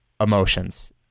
emotions